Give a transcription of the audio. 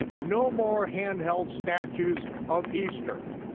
no more handheld statues of easter,